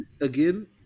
again